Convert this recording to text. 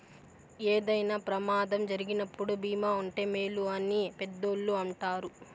ఏదైనా ప్రమాదం జరిగినప్పుడు భీమా ఉంటే మేలు అని పెద్దోళ్ళు అంటారు